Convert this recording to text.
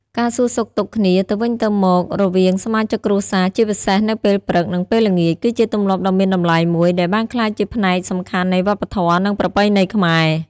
ការសួរសុខទុក្ខគ្នាទៅវិញទៅមករវាងសមាជិកគ្រួសារ ជាពិសេសនៅពេលព្រឹក និងពេលល្ងាច គឺជាទម្លាប់ដ៏មានតម្លៃមួយដែលបានក្លាយជាផ្នែកសំខាន់នៃវប្បធម៌ និងប្រពៃណីខ្មែរ។